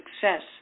success